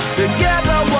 together